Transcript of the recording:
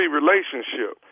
relationship